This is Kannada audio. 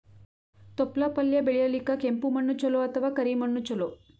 ತೊಪ್ಲಪಲ್ಯ ಬೆಳೆಯಲಿಕ ಕೆಂಪು ಮಣ್ಣು ಚಲೋ ಅಥವ ಕರಿ ಮಣ್ಣು ಚಲೋ?